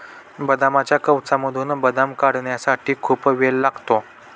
बदामाच्या कवचामधून बदाम काढण्यासाठी खूप वेळ लागतो